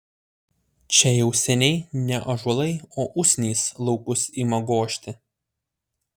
čia jau seniai ne ąžuolai o usnys laukus ima gožti